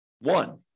one